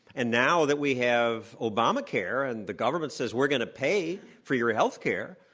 and now that we have obama care and the government says we're going to pay for your health care,